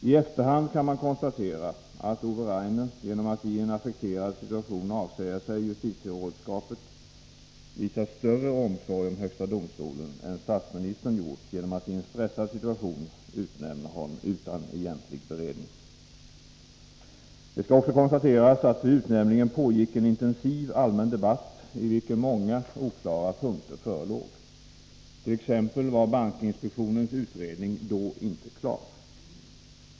I efterhand kan man konstatera att Ove Rainer, genom att i en affekterad situation avsäga sig justitierådskapet, visat större omsorg om högsta domstolen än statsministern gjort genom att i en stressad situation utnämna Rainer utan egentlig beredning. Det skall också konstateras att det vid utnämningen pågick en intensiv allmän debatt, i vilken många oklara punkter förelåg. Bankinspektionens utredning var t.ex. inte klar då.